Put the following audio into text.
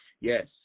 Yes